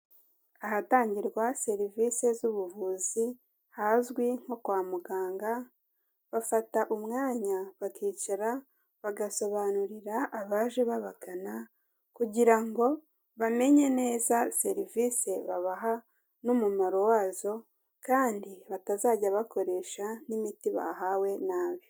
Ahatangirwa serivisi z'ubuvuzi hazwi nko kwa muganga, bafata umwanya bakicara bagasobanurira abaje babagana kugira ngo bamenye neza serivisi babaha n'umumaro wazo kandi batazajya bakoresha n'imiti bahawe nabi.